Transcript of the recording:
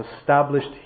established